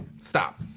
stop